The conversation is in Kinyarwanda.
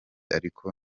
ariko